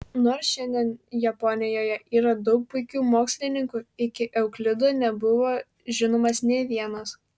nors šiandien japonijoje yra daug puikių mokslininkų iki euklido nebuvo žinomas nė vienas